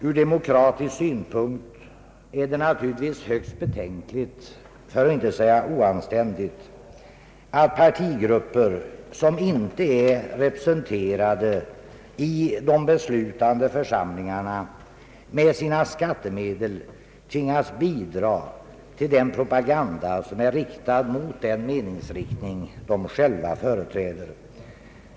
Ur demokratisk Ang. kommunalt partistöd synpunkt är det högst betänkligt — för att inte säga oanständigt — att partigrupper som inte är representerade i de beslutande församlingarna med sina skattemedel tvingas bidra till den propaganda, som är riktad mot den åskådning de själva företräder.